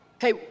Hey